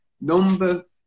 number